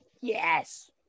Yes